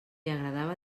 agradava